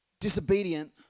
disobedient